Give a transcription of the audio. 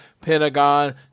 Pentagon